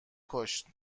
کشت